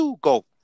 Go